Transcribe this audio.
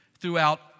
throughout